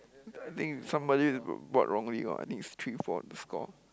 I think somebody b~ bought wrongly I think is three four the score